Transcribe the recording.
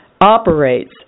operates